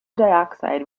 dioxide